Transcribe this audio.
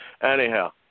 Anyhow